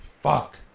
Fuck